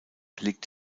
liegt